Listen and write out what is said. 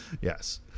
Yes